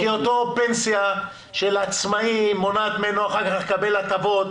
כי אותה פנסיה של עצמאים מונעת ממנו אחר כך לקבל הטבות,